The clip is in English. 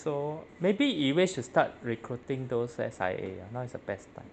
so maybe yi wei should start recruiting those S_I_A ah now is the best time